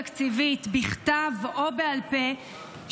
פוליטיים בעלי משמעות תקציבית בכתב או בעל פה,